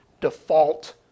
default